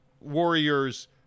Warriors